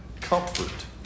comfort